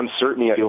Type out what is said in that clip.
uncertainty